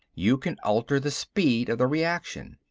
you can alter the speed of the reaction.